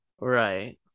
Right